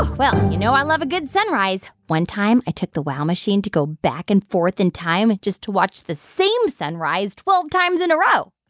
well, you know i love a good sunrise. one time i took the wow machine to go back and forth in time just to watch the same sunrise twelve times in a row